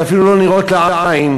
שאפילו לא נראות לעין,